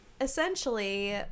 essentially